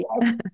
Yes